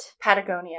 patagonia